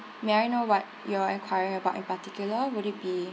may I know what you're enquiring about in particular